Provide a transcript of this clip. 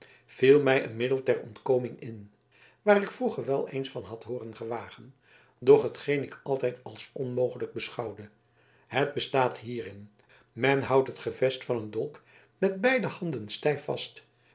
viel mij een middel ter ontkoming in waar ik vroeger weleens van had hooren gewagen doch hetgeen ik altijd als onmogelijk beschouwde het bestaat hierin men houdt het gevest van den dolk met beide handen